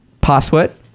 password